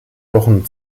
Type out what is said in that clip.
wochen